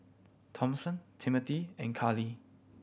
Thompson Timmothy and Kali